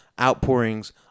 outpourings